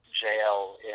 jail